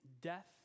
death